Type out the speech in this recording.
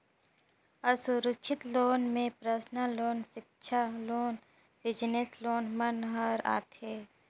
असुरक्छित लोन में personal loan, सिक्छा लोन, बिजनेस लोन मन हर आथे